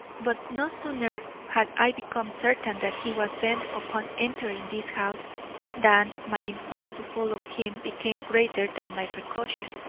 but no sooner had i become certain that he was bent upon entering this house than my impulse to follow him became greater than my precaution,